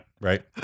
right